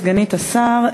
השר.